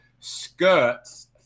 skirts